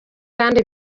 kandi